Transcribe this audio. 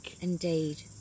Indeed